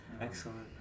Excellent